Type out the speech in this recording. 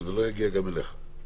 שזה לא יגיע עד אליך.